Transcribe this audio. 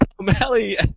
O'Malley